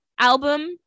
Album